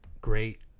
great